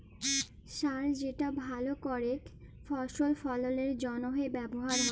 সার যেটা ভাল করেক ফসল ফললের জনহে ব্যবহার হ্যয়